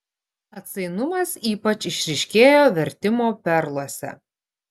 atsainumas ypač išryškėjo vertimo perluose